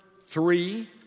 three